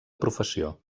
professió